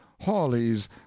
hawley's